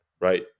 right